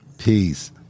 peace